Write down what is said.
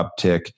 uptick